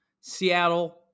Seattle